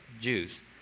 Jews